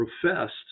professed